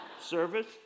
service